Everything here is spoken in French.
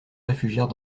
réfugièrent